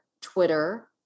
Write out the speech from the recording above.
Twitter